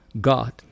God